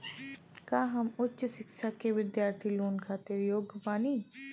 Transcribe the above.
का हम उच्च शिक्षा के बिद्यार्थी लोन खातिर योग्य बानी?